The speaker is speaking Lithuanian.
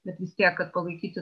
bet vis tiek kad palaikyti